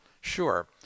sure